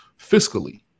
fiscally